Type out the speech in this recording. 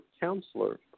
counselor